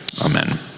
amen